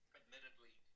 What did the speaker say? admittedly